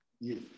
Yes